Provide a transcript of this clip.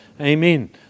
Amen